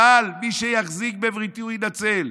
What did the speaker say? אבל מי שיחזיק בבריתי הוא יינצל.